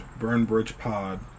BURNBRIDGEPOD